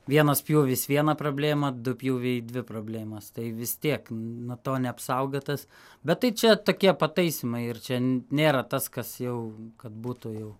vienas pjūvis viena problėma du pjūviai dvi problėmas tai vis tiek nuo to neapsaugotas bet tai čia tokie pataisymai ir čia nėra tas kas jau kad būtų jau